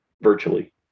virtually